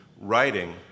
writing